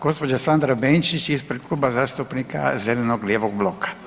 Gospođa Sandra Benčić ispred Kluba zastupnika zeleno-lijevog bloka.